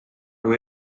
who